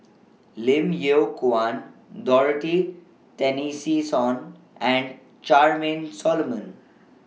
Lim Yew Kuan Dorothy and Charmaine Solomon